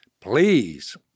please